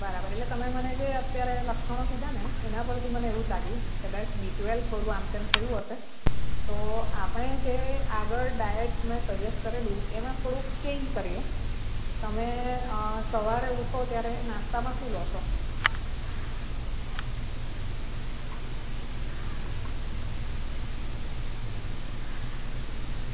બરાબર એટલે તમે મને જે અત્યારે લક્ષણો કીધાંને એના પરથી મને એવું જ લાગ્યું કદાચ બી ટ્વેલ્વ થોડું આમ તેમ થયું હશે તો આપણે તે આગળ ડાયેટ મેં સજેસ્ટ કરેલું એમાં થોડુંક ચેંજ કરીએ તમે સવારે ઉઠો ત્યારે નાસ્તામાં શું લો છો